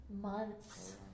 Months